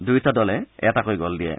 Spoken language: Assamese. দুয়োটা দলে এটাকৈ গল দিয়ে